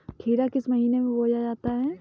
खीरा किस महीने में बोया जाता है?